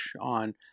on